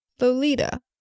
Lolita